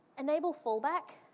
enable fallback.